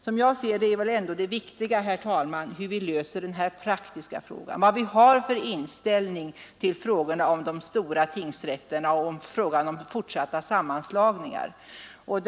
Som jag ser det, herr talman, är ändå det viktiga hur vi löser det praktiska problemet och vilken inställning vi har till fortsatta sammanslagningar av tingsrätter.